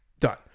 Done